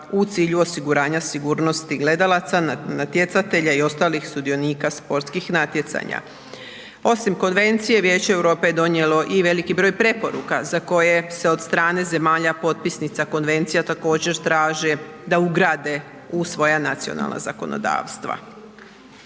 u cilju osiguranja sigurnosti gledalaca, natjecatelja i ostalih sudionika sportskih natjecanja. Osim konvencije, Vijeće Europe je donijelo i veliki broj preporuka za koje se od strane zemalja potpisnica konvencija također traže da ugrade u svoja nacionalna zakonodavstva.